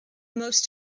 most